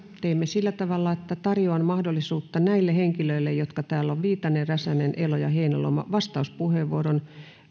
teemme sillä tavalla että tarjoan mahdollisuutta näille henkilöille jotka täällä ovat viitanen räsänen elo ja heinäluoma vastauspuheenvuoroon